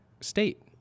state